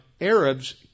Arabs